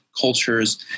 cultures